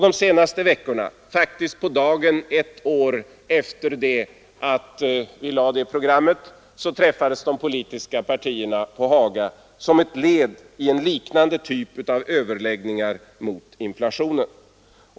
De senaste veckorna, faktiskt på dagen ett år efter det att vi lade fram det programmet, träffades de politiska partierna på Haga som ett led i en liknande typ av överläggningar angående åtgärder mot inflationen.